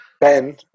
Ben